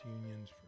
unions